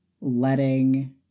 letting